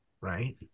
right